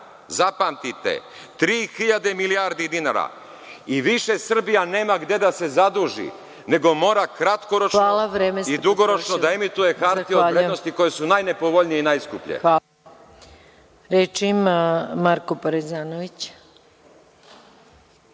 zapamtite 3.000 milijardi dinara i više Srbija nema gde da se zaduži, nego mora kratkoročno i dugoročno da emituje hartije od vrednosti koje su najnepovoljnije i najskuplje.